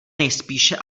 nejspíše